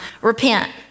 repent